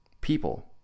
People